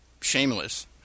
shameless